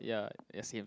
ya ya same